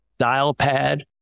Dialpad